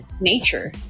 nature